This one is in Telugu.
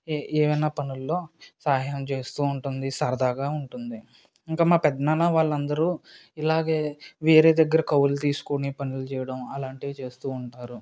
ఏ ఏమన్నా పనులలో సహాయం చేస్తు ఉంటుంది సరదాగా ఉంటుంది ఇంక మా పెదనాన్న వాళ్ళు అందరు ఇలాగే వేరే దగ్గర కౌలు తీసుకుని పనులు చేయడం అలాంటివి చేస్తు ఉంటారు